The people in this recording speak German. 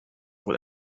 wohl